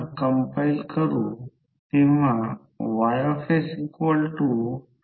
तर 6 2 R2 म्हणून जर हे पहिले तर हे दिसेल L1 6 1 0